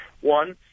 One